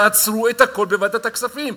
תעצרו את הכול בוועדת הכספים,